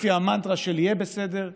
לפי המנטרה של "יהיה בסדר",